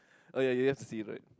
oh ya you have to see it right